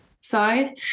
side